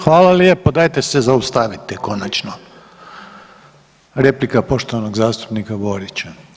Hvala lijepo, dajte se zaustavite konačno. replika poštovanog zastupnika Borića.